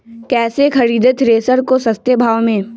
कैसे खरीदे थ्रेसर को सस्ते भाव में?